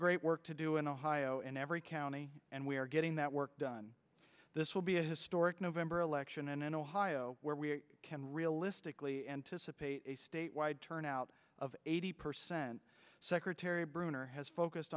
great work to do and ohio in every county and we are getting that work done this will be a historic november election and in ohio where we can realistically anticipate a statewide turnout of eighty percent secretary bruner has focused